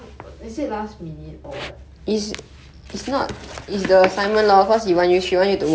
oh ah is it last minute or what